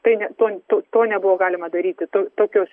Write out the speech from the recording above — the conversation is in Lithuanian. tai ne to to to nebuvo galima daryti to tokios